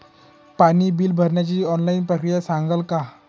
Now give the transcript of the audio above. पाणी बिल भरण्याची ऑनलाईन प्रक्रिया सांगाल का?